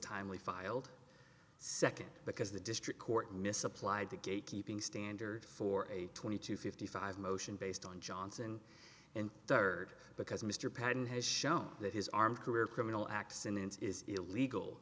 timely filed second because the district court misapplied the gatekeeping standard for a twenty to fifty five motion based on johnson and third because mr patten has shown that his arm career criminal acts in the ins is illegal